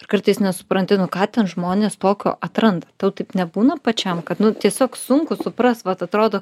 ir kartais nesupranti nu ką ten žmonės tokio atranda tau taip nebūna pačiam kad nu tiesiog sunku suprast vat atrodo